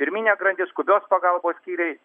pirminė grandis skubios pagalbos skyriai